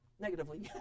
negatively